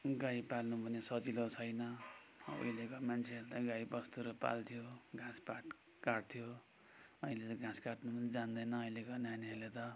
गाई पाल्नु पनि सजिलो छैन अब उहिलेको मान्छेहरू त गाईवस्तुहरू पाल्थ्यो घाँस पात काट्थ्यो अहिले त घाँस काट्नु जान्दैन अहिलेको नानीहरूले त